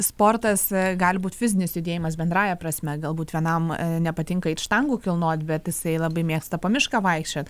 sportas gali būt fizinis judėjimas bendrąja prasme galbūt vienam nepatinka eit štangų kilnot bet jisai labai mėgsta po mišką vaikščiot